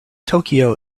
tokyo